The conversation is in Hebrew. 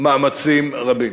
מאמצים רבים.